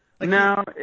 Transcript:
No